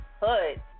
hood